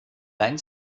dein